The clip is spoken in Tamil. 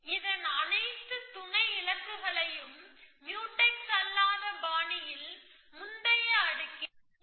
இதன் அனைத்து துணை இலக்குகளையும் மியூடெக்ஸ் அல்லாத பாணியில் முந்தைய அடுக்கில் கண்டுபிடிக்க முடியுமா